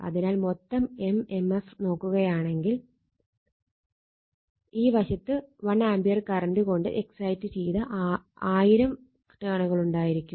അതിനാൽ മൊത്തം m m f നോക്കുകയാണെങ്കിൽ ഈ വശത്ത് 1 ആംപിയർ കറണ്ട് കൊണ്ട് എക്സൈറ്റ് ചെയ്ത 1000 ടേണുകളായിരിക്കും